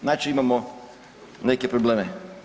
Znači imamo neke probleme.